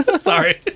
Sorry